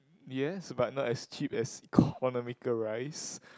yes but not as cheap as economical rice